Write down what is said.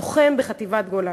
לוחם בחטיבת גולני,